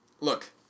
Look